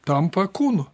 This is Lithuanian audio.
tampa kūnu